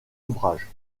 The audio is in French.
ouvrage